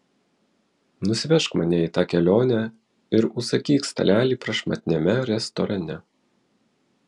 nusivežk mane į tą kelionę ir užsakyk stalelį prašmatniame restorane